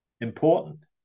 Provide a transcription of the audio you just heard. important